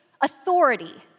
authority